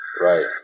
Right